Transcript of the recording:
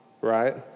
right